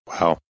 Wow